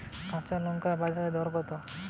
কাঁচা লঙ্কার বাজার দর কত?